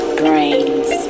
brains